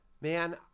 Man